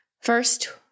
First